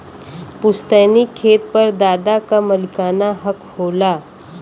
पुस्तैनी खेत पर दादा क मालिकाना हक होला